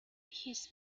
his